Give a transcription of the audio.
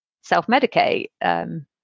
self-medicate